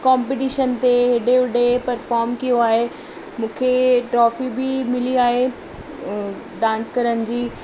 competition ते हेॾे होॾे परफॉम कियो आहे मूंखे ट्रोफी बि मिली आहे डांस करण जी